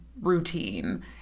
routine